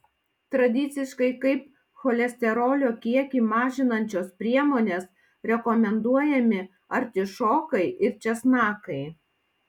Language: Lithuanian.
tradiciškai kaip cholesterolio kiekį mažinančios priemonės rekomenduojami artišokai ir česnakai